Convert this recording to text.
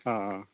ആ ആ